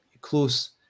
close